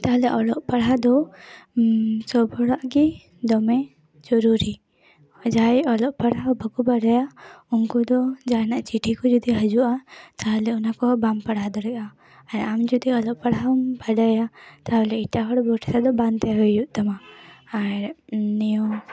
ᱛᱟᱦᱞᱮ ᱚᱞᱚᱜ ᱯᱟᱲᱦᱟᱣ ᱫᱚ ᱥᱳᱵᱽ ᱦᱚᱲᱟᱜ ᱜᱮ ᱫᱚᱢᱮ ᱡᱚᱨᱩᱨᱤ ᱡᱟᱦᱟᱸᱭ ᱚᱞᱚᱜ ᱯᱟᱲᱦᱟᱣ ᱵᱟᱠᱚ ᱵᱟᱲᱟᱭᱟ ᱩᱱᱠᱩ ᱫᱚ ᱡᱟᱦᱟᱱᱟᱜ ᱪᱤᱴᱷᱤ ᱠᱚ ᱡᱩᱫᱤ ᱦᱤᱡᱩᱜᱼᱟ ᱛᱟᱦᱞᱮ ᱚᱱᱟ ᱠᱚᱦᱚᱸ ᱵᱟᱢ ᱯᱟᱲᱦᱟᱣ ᱫᱟᱲᱮᱣᱟᱜᱼᱟ ᱦᱮᱸ ᱟᱢ ᱡᱩᱫᱤ ᱚᱞᱚᱜ ᱯᱟᱲᱦᱟᱣ ᱮᱢ ᱵᱟᱲᱟᱭᱟ ᱛᱟᱦᱞᱮ ᱮᱴᱟᱜ ᱦᱚᱲ ᱵᱷᱚᱨᱥᱟ ᱫᱚ ᱵᱟᱝ ᱛᱟᱦᱮᱸ ᱦᱩᱭᱩᱜ ᱛᱟᱢᱟ ᱟᱨ ᱱᱤᱭᱟᱹ